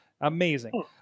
amazing